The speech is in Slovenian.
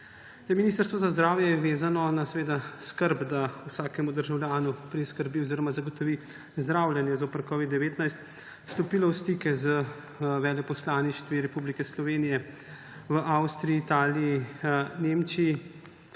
Ministrstvo za zdravje je vezano na skrb, da vsakemu državljanu zagotovi zdravljenje zoper covid-19 in je stopilo v stik z veleposlaništvi Republike Slovenije v Avstriji, Italiji, Nemčiji.